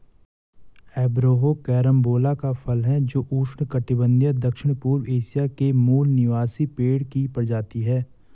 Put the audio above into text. Averrhoa carambola का फल है जो उष्णकटिबंधीय दक्षिणपूर्व एशिया के मूल निवासी पेड़ की प्रजाति है